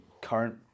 current